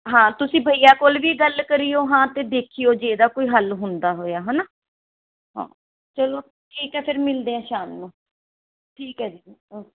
ਹਾਂ ਤੁਸੀਂ ਬਈਆ ਕੋਲ ਵੀ ਗੱਲ ਕਰੀਓ ਹਾਂ ਤੇ ਦੇਖਿਓ ਜੇ ਇਹਦਾ ਕੋਈ ਹੱਲ ਹੁੰਦਾ ਹੋਇਆ ਹੈ ਨਾ ਹਾਂ ਚਲੋ ਠੀਕ ਹੈ ਫਿਰ ਮਿਲਦੇ ਹੈ ਸ਼ਾਮ ਨੂੰ ਠੀਕ ਹੈ ਜੀ ਓਕ